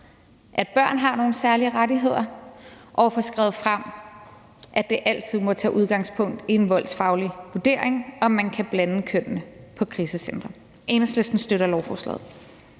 at børn har nogle særlige rettigheder, og få fremhævet, at det altid må tage udgangspunkt i en voldsfaglig vurdering af, om man kan blande kønnene på krisecentre. Enhedslisten støtter lovforslaget.